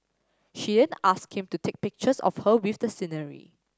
she then asked him to take pictures of her with the scenery